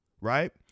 right